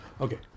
Okay